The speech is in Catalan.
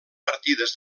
partides